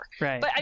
Right